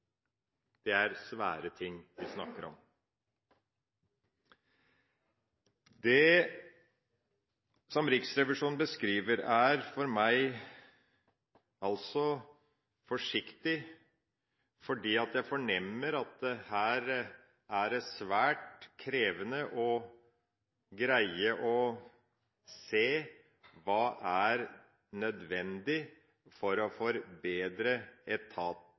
Det er svære ting vi snakker om. Riksrevisjonen er for meg altså forsiktig i sin beskrivelse. Jeg fornemmer at her er det svært krevende å se hva som er nødvendig for å forbedre etaten, slik at flere blir fornøyd, og flere mennesker kommer i en bedre